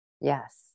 Yes